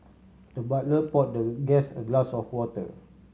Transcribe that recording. the butler poured the guest a glass of water